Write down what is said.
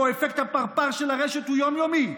שבו אפקט הפרפר של הרשת הוא יום-יומי,